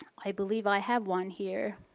i believe i have one here.